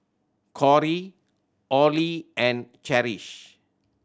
Corry Orley and Cherish